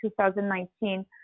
2019